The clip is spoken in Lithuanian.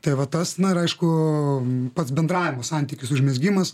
tai va tas na ir aišku pats bendravimo santykių užmezgimas